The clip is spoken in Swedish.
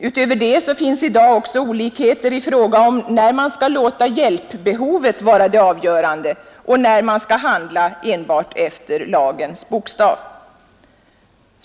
Utöver detta finns i dag också olikheter i fråga om när man skall låta hjälpbehovet vara det avgörande och när man skall handla enbart efter lagens bokstav.